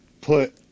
put